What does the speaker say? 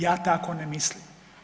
Ja tako ne mislim.